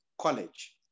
college